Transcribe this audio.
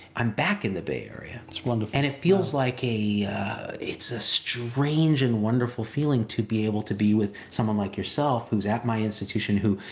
i'm back in the bay area. it's wonderful. and it feels like, it's a strange and wonderful feeling to be able to be with someone like yourself who's at my institution, who,